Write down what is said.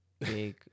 big